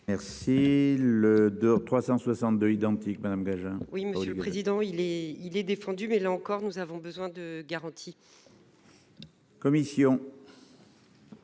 Merci le de 362 identique. Madame Beujin. Oui, monsieur le président. Il est il est défendu mais là encore, nous avons besoin de garanties. Commission.